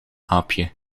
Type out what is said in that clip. aapje